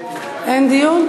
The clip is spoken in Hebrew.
אין דיון?